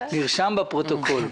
נרשם בפרוטוקול.